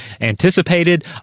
anticipated